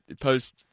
Post